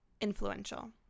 influential